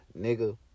nigga